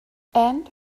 and